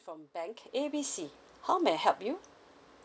or bank A B C how may I help you